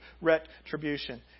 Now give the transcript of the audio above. retribution